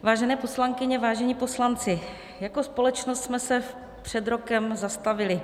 Vážené poslankyně, vážení poslanci, jako společnost jsme se před rokem zastavili.